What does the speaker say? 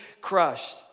crushed